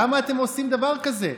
לא, די, למה אתם עושים דבר כזה?